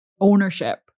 ownership